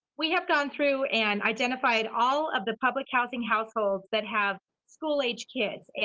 we have gone through and identified all of the public housing households that have school-aged kids,